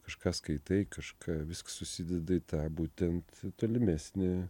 kažką skaitai kažką viskas susideda į tą būtent tolimesnį